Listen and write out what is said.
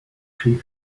she